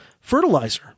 fertilizer